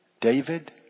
David